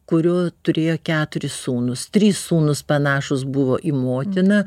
kurio turėjo keturis sūnus trys sūnūs panašūs buvo į motiną